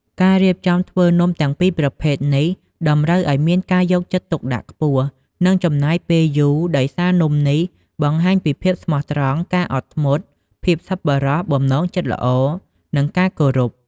ការរៀបចំធ្វើនំទាំងពីរប្រភេទនេះតម្រូវឱ្យមានការយកចិត្តទុកដាក់ខ្ពស់ និងចំណាយពេលយូរដោយសារនំនេះបង្ហាញពីភាពស្មោះត្រង់ ការអត់ធ្មត់ ភាពសប្បុរស បំណងចិត្តល្អ និងការគោរព។